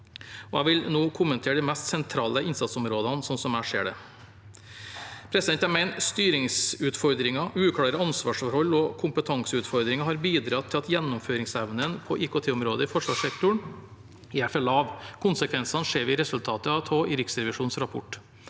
Jeg vil nå kommentere de mest sentrale innsatsområdene, slik jeg ser det. Jeg mener styringsutfordringer, uklare ansvarsforhold og kompetanseutfordringer har bidratt til at gjennomføringsevnen på IKT-området i forsvarssektoren er for lav. Konsekvensene ser vi resultatet av i Riksrevisjonens rapport.